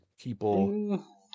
people